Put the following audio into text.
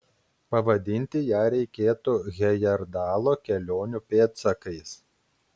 pavadinti ją reikėtų hejerdalo kelionių pėdsakais